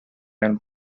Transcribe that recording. and